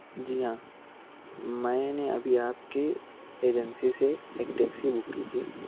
جی ہاں میں نے ابھی آپ کے ایجنسی سے ایک ٹیکسی بک کی تھی